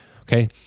Okay